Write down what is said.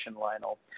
Lionel